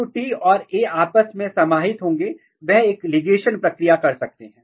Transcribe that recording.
तो T और A आपस में समाहित होंगे और वह एक ligatiom प्रक्रिया कर सकते हैं